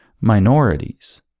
minorities